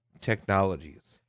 technologies